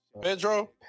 Pedro